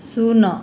ଶୂନ